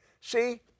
See